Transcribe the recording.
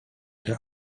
der